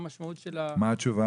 יכול לספר